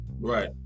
right